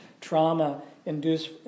trauma-induced